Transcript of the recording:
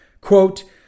quote